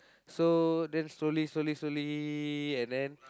so then slowly slowly slowly and then